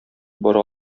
бара